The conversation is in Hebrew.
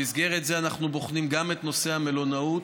במסגרת זו אנחנו בוחנים גם את נושא המלונאות,